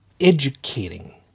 educating